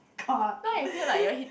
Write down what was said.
god